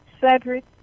Cedric